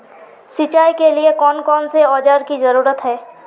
सिंचाई के लिए कौन कौन से औजार की जरूरत है?